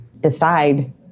decide